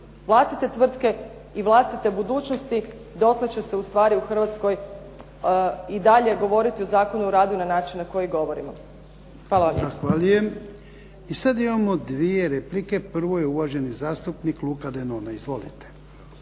vlastite tvrtke i vlastite budućnosti, dotle će se ustvari u Hrvatskoj i dalje govoriti o Zakonu o radu na način na koji govorimo. Hvala vam lijepa. **Jarnjak, Ivan (HDZ)** Zahvaljujem. I sad imamo dvije replike. Prvo je uvaženi zastupnik Luka Denona. Izvolite.